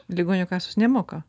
ligonių kasos nemoka